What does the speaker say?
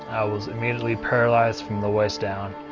was immediately paralyzed from the waist down.